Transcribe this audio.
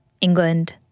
England